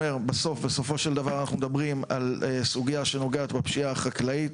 בסופו של דבר אנחנו מדברים על סוגיה שנוגעת בפשיעה החקלאית,